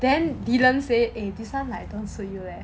then dylan said eh this [one] like don't suit you leh